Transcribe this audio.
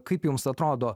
kaip jums atrodo